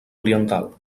oriental